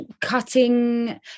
cutting